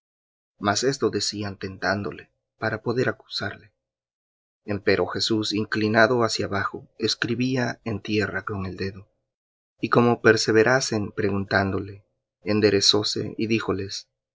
mas esto decían tentándole para poder acusarle empero jesús inclinado hacia abajo escribía en tierra con el dedo y como perseverasen preguntándole enderezóse y díjoles